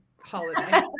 holiday